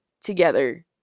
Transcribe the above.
together